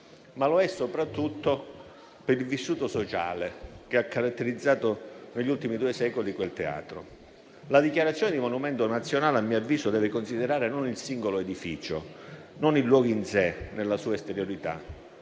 ma lo è soprattutto per il vissuto sociale che ha caratterizzato negli ultimi due secoli quel Teatro. La dichiarazione di monumento nazionale, a mio avviso, deve considerare non il singolo edificio, non il luogo in sé nella sua esteriorità,